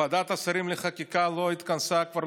ועדת השרים לחקיקה לא התכנסה כבר,